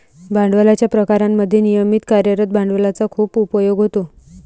भांडवलाच्या प्रकारांमध्ये नियमित कार्यरत भांडवलाचा खूप उपयोग होतो